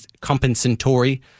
compensatory